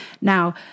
Now